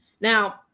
Now